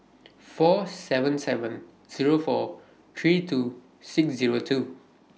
four seven seven four three two six two